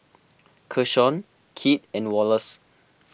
Keshaun Kit and Wallace